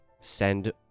send